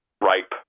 ripe